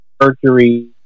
Mercury